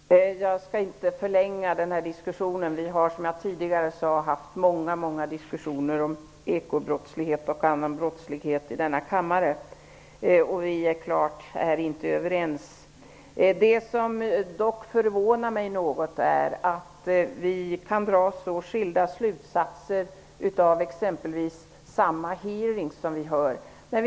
Herr talman! Jag skall inte förlänga dikskussionen så mycket mer. Vi har tidigare haft många diskussioner om ekobrottslighet och annan brottslighet i denna kammare. Vi är inte överens. Det som förvånar mig något är att vi kan dra så skilda slutsatser av exempelvis en och samma hearing.